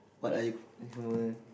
what are you ini semua